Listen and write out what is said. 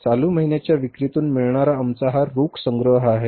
चालू महिन्यांच्या विक्रीतून मिळणारा आमचा हा रोख संग्रह आहे